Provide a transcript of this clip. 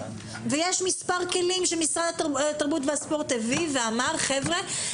ויש מספר כלים שמשרד התרבות והספורט הביא ואמר: חבר'ה,